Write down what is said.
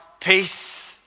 peace